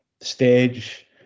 stage